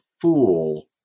fool